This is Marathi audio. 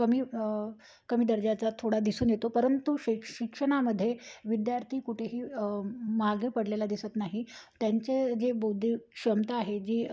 कमी कमी दर्जाचा थोडा दिसून येतो परंतु शिक्ष शिक्षणामध्ये विद्यार्थी कुठेही मागे पडलेला दिसत नाही त्यांचे जे बौद्धिक क्षमता आहे जी